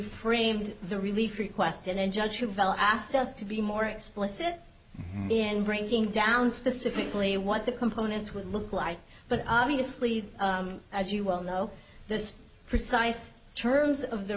framed the relief requested and judge chevelle asked us to be more explicit in breaking down specifically what the components would look like but obviously as you well know this precise terms of the